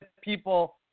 people